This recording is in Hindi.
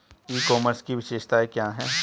ई कॉमर्स की विशेषताएं क्या हैं?